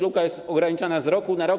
Luka jest ograniczana z roku na rok.